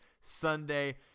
Sunday